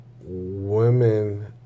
women